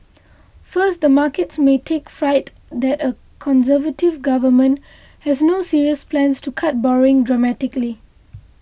first the markets may take fright that a Conservative government has no serious plans to cut borrowing dramatically